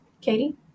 Katie